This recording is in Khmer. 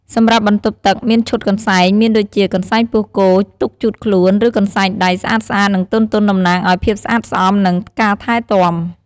សម្រាប់បន្ទប់់ទឹក មានឈុតកន្សែង មានដូចជា កន្សែងពោះគោទុកជូតខ្លួន ឬកន្សែងដៃ ស្អាតៗ និងទន់ៗតំណាងឲ្យ ភាពស្អាតស្អំ និង ការថែទាំ។